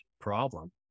problem